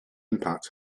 impact